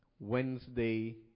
Wednesday